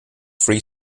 free